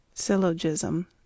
Syllogism